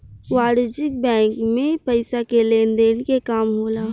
वाणिज्यक बैंक मे पइसा के लेन देन के काम होला